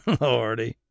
Lordy